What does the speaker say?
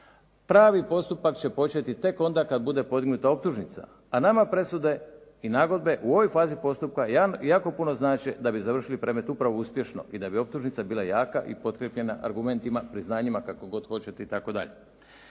Pravi postupak će početi tek onda kad bude podignuta optužnica, a nama presude i nagodbe u ovoj fazi postupka jako puno znače da bi završili premet upravu uspješno i da bi optužnica bila jaka i potkrijepljena argumentima, priznanjima itd.